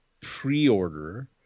pre-order